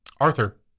Arthur